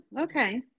Okay